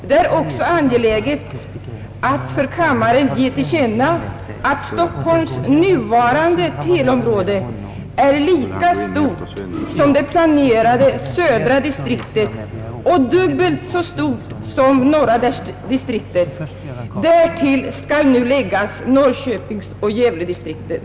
Det är också angeläget att för kammaren ge till känna att Stockholms nuvarande teleområde är lika stort som det planerade södra distriktet och dubbelt så stort som norra distriktet, och därtill skall nu läggas Norrköpings och Gävle distrikt.